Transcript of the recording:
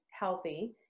healthy